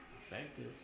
Effective